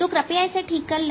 तो कृपया इसे ठीक कर ले